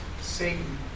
Satan